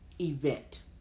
event